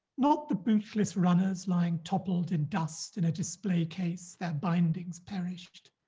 not the bootless runners lying toppled in dust in a display case, their bindings perished,